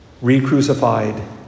re-crucified